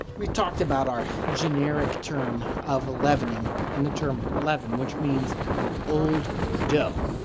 we talked about our generic term of leavening and the term leaven which means old dough.